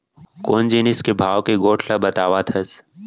कोन जिनिस के भाव के गोठ ल बतावत हस?